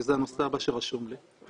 כי זה הנושא הבא שרשום לי.